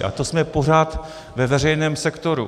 A to jsme pořád ve veřejném sektoru.